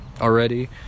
already